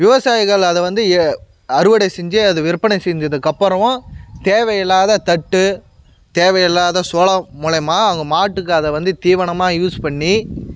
விவசாயிகள் அதை வந்து எ அறுவடை செஞ்சு அதை விற்பனை செஞ்சதுக்கு அப்புறமா தேவையில்லாத தட்டு தேவையில்லாத சோளம் மூலிமா அவங்க மாட்டுக்கு அதை வந்து தீவனமாக யூஸ் பண்ணி